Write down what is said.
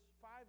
five